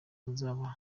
azabaha